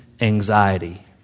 anxiety